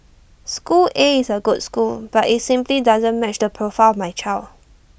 school A is A good school but IT simply doesn't match the profile my child